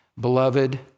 Beloved